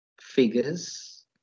figures